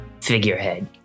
figurehead